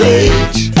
age